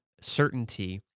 certainty